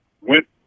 went